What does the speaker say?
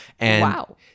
Wow